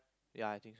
ya I think so